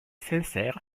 sincère